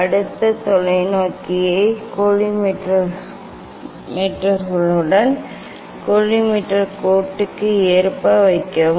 அடுத்து தொலைநோக்கியை கோலிமேட்டர்களுடன் கோலிமேட்டர் கோட்டுக்கு ஏற்ப வைக்கவும்